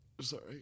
Sorry